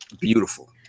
beautiful